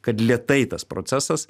kad lėtai tas procesas